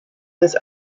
his